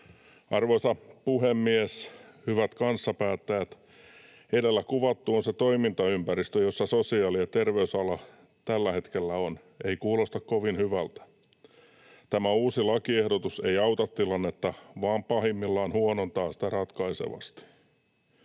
Arvoisa puhemies! Hyvät kanssapäättäjät, edellä kuvattu on se toimintaympäristö, jossa sosiaali- ja terveysala tällä hetkellä on. Ei kuulosta kovin hyvältä. Tämä uusi lakiehdotus ei auta tilannetta vaan pahimmillaan huonontaa sitä ratkaisevasti.